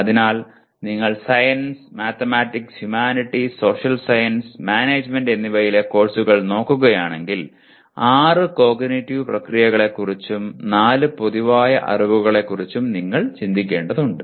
അതിനാൽ നിങ്ങൾ science mathematics humanities social science management എന്നിവയിലെ കോഴ്സുകൾ നോക്കുകയാണെങ്കിൽ ആറ് കോഗ്നിറ്റീവ് പ്രക്രിയകളെക്കുറിച്ചും നാല് പൊതുവായ അറിവുകളെക്കുറിച്ചും നിങ്ങൾ ചിന്തിക്കേണ്ടതുണ്ട്